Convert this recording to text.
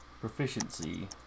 proficiency